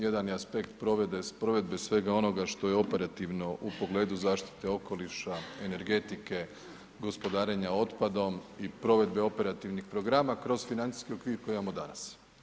Jedan je aspekt provedbe svega onoga što je operativno u pogledu zaštite okoliša, energetike, gospodarenja otpadom i provedbe operativnih programa kroz financijski okvir koji imamo danas.